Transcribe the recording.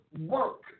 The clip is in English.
work